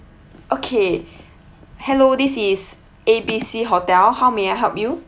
okay hello this is A B C hotel how may I help you